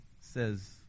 says